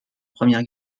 première